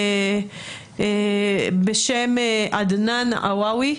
בשם עדנאן עוויווי.